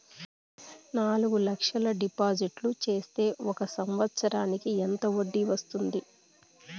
నాలుగు లక్షల డిపాజిట్లు సేస్తే ఒక సంవత్సరానికి ఎంత వడ్డీ వస్తుంది?